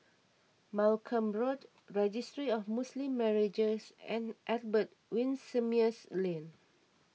Malcolm Road Registry of Muslim Marriages and Albert Winsemius Lane